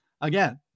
Again